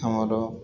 ଆମର